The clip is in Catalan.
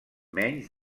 menys